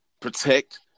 protect